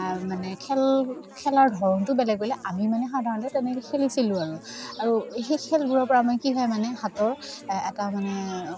মানে খেল খেলাৰ ধৰণটো বেলেগ বেলেগ আমি মানে সাধাৰণতে তেনেকৈ খেলিছিলোঁ আৰু আৰু সেই খেলবোৰৰপৰা আমাৰ কি হয় মানে হাতৰ এটা মানে